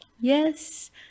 Yes